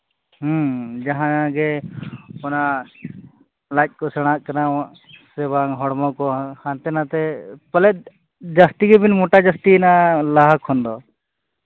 ᱦᱮᱸ ᱡᱟᱦᱟᱸ ᱜᱮ ᱚᱱᱟ ᱞᱟᱡ ᱠᱚ ᱥᱮᱬᱟᱜ ᱠᱟᱱᱟ ᱥᱮ ᱵᱟᱝ ᱦᱚᱲᱢᱚ ᱠᱚ ᱦᱟᱱᱛᱮ ᱱᱟᱛᱮ ᱯᱟᱞᱮᱫ ᱡᱟᱹᱥᱛᱤ ᱜᱮᱵᱤᱱ ᱢᱚᱴᱟ ᱡᱟᱹᱥᱛᱤᱭᱮᱱᱟ ᱞᱟᱦᱟ ᱠᱷᱚᱱ ᱫᱚ